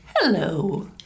Hello